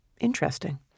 Interesting